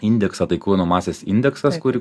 indeksą tai kūno masės indeksas kur